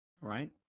right